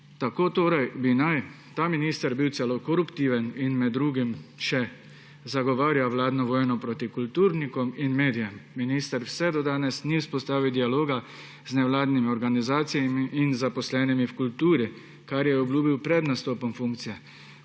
tako kolegica Tomić. Ta minister naj bi bil celo koruptiven in med drugim še zagovarja vladno vojno proti kulturnikom in medijem. »Minister vse do danes ni vzpostavil dialoga z nevladnimi organizacijami in zaposlenimi v kulturi, kar je obljubil pred nastopom funkcije«;